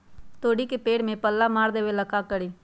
तोड़ी के पेड़ में पल्ला मार देबे ले का करी?